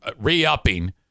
re-upping